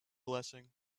blessing